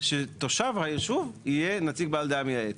שתושב היישוב יהיה נציג בעל דעה מייעצת.